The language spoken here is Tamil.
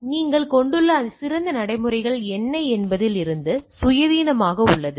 எனவே நீங்கள் கொண்டுள்ள சிறந்த நடைமுறைகள் என்ன என்பதில் இருந்து சுயாதீனமாக உள்ளது